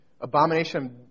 Abomination